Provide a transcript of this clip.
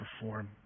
perform